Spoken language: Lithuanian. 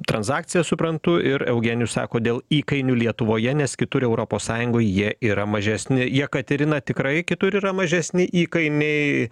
transakciją suprantu ir eugenijus sako dėl įkainių lietuvoje nes kitur europos sąjungoj jie yra mažesni jekaterina tikrai kitur yra mažesni įkainiai